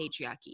patriarchy